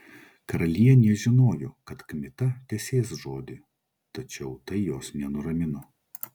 karalienė žinojo kad kmita tesės žodį tačiau tai jos nenuramino